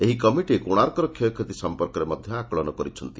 ଏହି କମିଟି କୋଶାର୍କର କ୍ଷୟକ୍ଷତି ସମ୍ମର୍କରେ ମଧ୍ଧ ଆକଳନ କରିଛନ୍ତି